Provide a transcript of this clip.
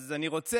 אז אני רוצה